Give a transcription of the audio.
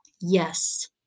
Yes